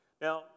Now